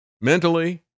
mentally